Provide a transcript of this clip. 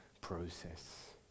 process